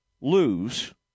lose